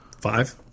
Five